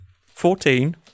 Fourteen